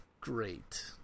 great